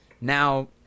Now